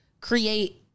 create